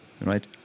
right